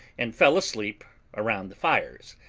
and fell asleep around the fires.